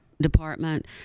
Department